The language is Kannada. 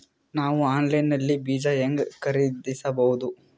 ನಾವು ಆನ್ಲೈನ್ ನಲ್ಲಿ ಬೀಜ ಹೆಂಗ ಖರೀದಿಸಬೋದ?